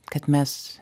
kad mes